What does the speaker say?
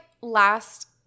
last